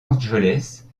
angeles